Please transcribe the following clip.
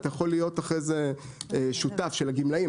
אתה יכול להיות אחרי זה שותף של הגמלאים.